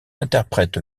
interprète